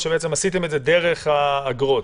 או שעשיתם את זה דרך האגרות?